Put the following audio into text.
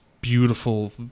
beautiful